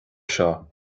seo